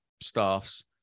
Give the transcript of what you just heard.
staffs